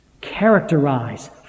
characterize